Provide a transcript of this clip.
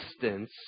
distance